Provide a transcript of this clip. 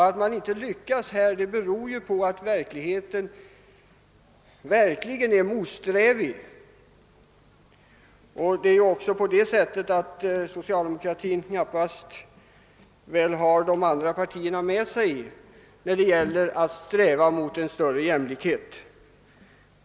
Att man inte lyckas i det avseendet beror på att verkligheten sannerligen är motsträvig. Socialdemokratin har väl knappast heller de andra partierna med sig när det gäller att sträva mot en större jämlikhet.